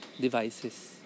devices